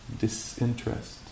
Disinterest